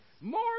More